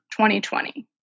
2020